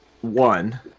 One